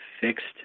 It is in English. fixed